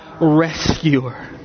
rescuer